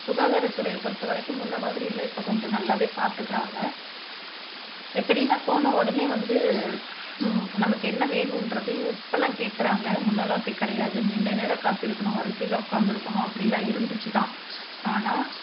சுகாதாரத்துறையை பொறுத்தவரைக்கும் முன்னே மாதிரி இல்லை இப்போ கொஞ்சம் நல்லாவே பார்த்துக்குறாங்க எப்படின்னா போன உடனே வந்து நமக்கு என்ன வேணுன்றதையும் இப்போலாம் கேட்குறாங்க முன்னலாம் அப்படி கிடையாது நீண்ட நேரம் காத்திருக்கணும் வரிசையில் உட்காந்துருக்கணும் அப்படிலாம் இருந்துச்சு தான் ஆனால்